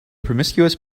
promiscuous